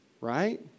right